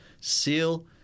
seal